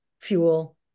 fuel